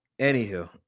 Anywho